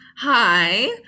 hi